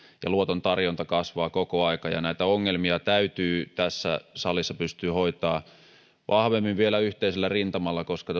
ja luotontarjonta kasvaa koko ajan ja näitä ongelmia täytyy tässä salissa pystyä hoitamaan vielä vahvemmin yhteisellä rintamalla koska